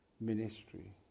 ministry